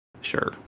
Sure